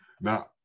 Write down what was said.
now